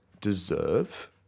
deserve